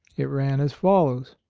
it ran as follows